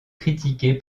critiquée